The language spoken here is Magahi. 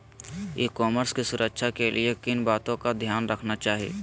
ई कॉमर्स की सुरक्षा के लिए किन बातों का ध्यान रखना चाहिए?